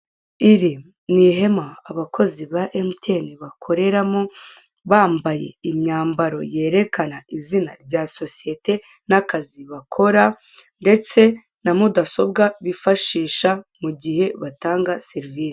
Iri nihema abakozi ba MTN bakoreramo bambaye imyambaro yerekana izina rya sosiyete nakazi bakora, ndetse na mudasobwa bifashisha mugihe batanga serivise.